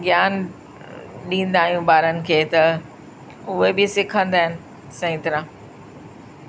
ज्ञान ॾींदा आहियूं ॿारनि खे त उहे बि सिखंदा आहिनि सही तरहं